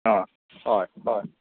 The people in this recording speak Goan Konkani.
आं हय हय